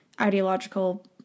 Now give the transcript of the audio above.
ideological